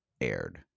aired